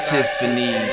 Tiffany